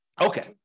Okay